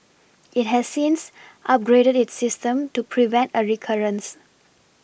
it has since upgraded its system to prevent a recurrence